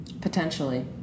Potentially